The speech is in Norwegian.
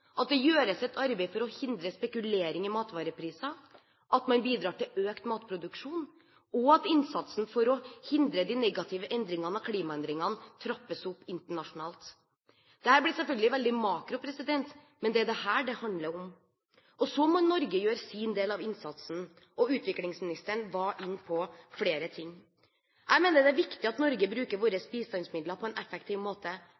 at det gjøres et arbeid for å hindre spekulering i matvarepriser, at man bidrar til økt matproduksjon, og at innsatsen for å hindre de negative endringene på grunn av klimaendringene trappes opp internasjonalt. Dette blir selvfølgelig veldig «makro», men det er dette det handler om. Og så må Norge gjøre sin del av innsatsen. Utviklingsministeren var inne på flere ting. Jeg mener det er viktig at vi i Norge bruker